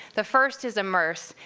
the first is immerse.